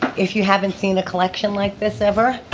if you haven't seen a collection like this ever?